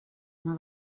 una